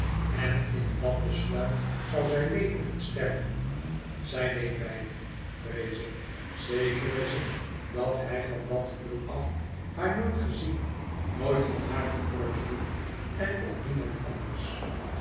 en in dat besluit zou zij leven en sterven zij deed beide vrees ik zeker is het dat hij van dat uur af haar nooit gezien nooit van haar gehoord heeft en ook niemand anders